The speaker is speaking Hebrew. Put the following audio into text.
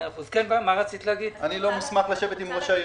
אני לא הוסמכתי לשבת עם ראש העיר.